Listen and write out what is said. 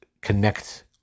connect